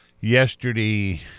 Yesterday